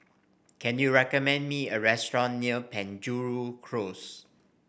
can you recommend me a restaurant near Penjuru Close